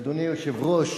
אדוני היושב-ראש,